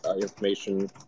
information